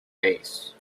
vase